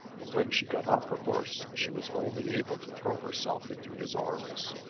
and when she got off her horse she was only able to throw herself into his arms.